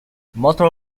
motor